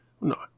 No